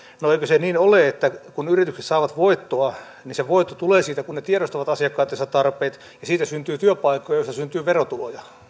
no eikö se niin ole että kun yritykset saavat voittoa niin se voitto tulee siitä kun ne tiedostavat asiakkaittensa tarpeet ja siitä syntyy työpaikkoja joista syntyy verotuloja